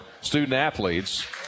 student-athletes